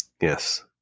Yes